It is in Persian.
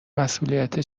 مسئولیت